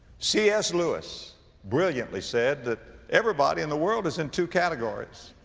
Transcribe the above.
c. s. lewis brilliantly said that, everybody in the world is in two categories.